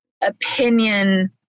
opinion